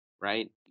right